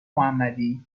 محمدی